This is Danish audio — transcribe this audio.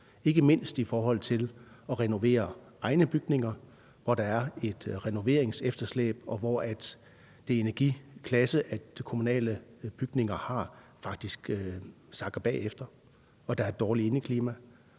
ikke mindst i forhold til at renovere egne bygninger, hvor der er et renoveringsefterslæb, og hvor den energiklasse, kommunale bygninger har, faktisk sakker bagud og der er et dårligt indeklima.